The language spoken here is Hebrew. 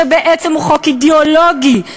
שבעצם הוא חוק אידיאולוגי.